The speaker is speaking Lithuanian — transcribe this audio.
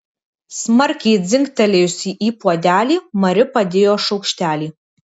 smarkiai dzingtelėjusi į puodelį mari padėjo šaukštelį